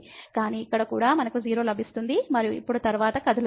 కానీ ఇక్కడ కూడా మనకు 0 లభిస్తుంది మరియు ఇప్పుడు తరువాత కదులుతుంది